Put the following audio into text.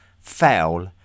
foul